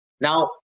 Now